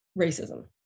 racism